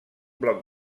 bloc